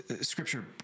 Scripture